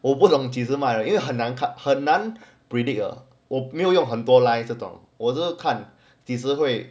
我不懂几时卖的因为很难看很难 predict 了我没有用很多 lines 这种我就是看几时会